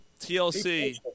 TLC